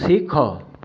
ଶିଖ